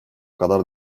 kadar